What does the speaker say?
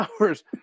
hours